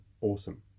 awesome